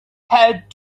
had